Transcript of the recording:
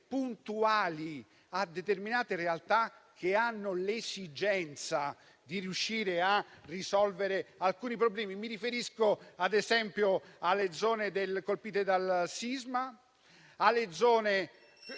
puntuali a determinate realtà che hanno l'esigenza di riuscire a risolvere alcuni problemi. Mi riferisco ad esempio alle zone del colpite dal sisma e dalle